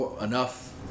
enough